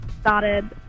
started